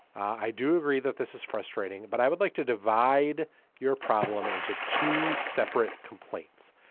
i do agree that this is frustrating. but i would like to divide your problem into two separate complaints.